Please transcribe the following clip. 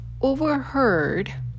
overheard